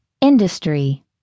Industry